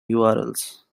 urls